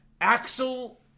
Axel